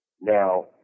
Now